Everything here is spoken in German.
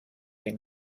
den